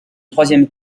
troisième